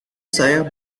saya